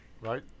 right